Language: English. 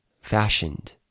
Fashioned